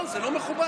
זה לא מכובד.